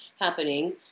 happening